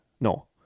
No